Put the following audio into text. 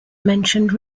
mentioned